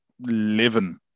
Living